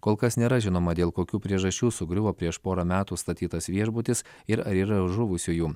kol kas nėra žinoma dėl kokių priežasčių sugriuvo prieš porą metų statytas viešbutis ir ar yra žuvusiųjų